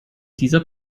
dieser